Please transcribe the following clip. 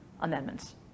amendments